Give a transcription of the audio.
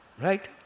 right